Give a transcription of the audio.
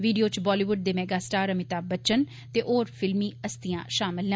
video इच बॉलीवुड दे mega star Amitabh Bachchan ते होर फिल्मी हस्तियां बी शामिल न